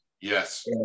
Yes